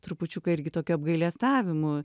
trupučiuką irgi tokiu apgailestavimu